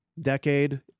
decade